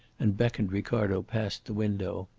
and beckoned ricardo past the window.